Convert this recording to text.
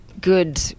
good